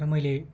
र मैले